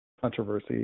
controversy